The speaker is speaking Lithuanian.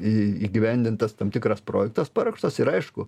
įgyvendintas tam tikras projektas paruoštas ir aišku